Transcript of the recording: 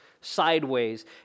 sideways